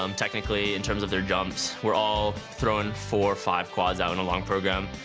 um technically, in terms of their jumps, we're all throwing four, five quads out on a long programme,